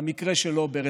במקרה שלו ברציפות.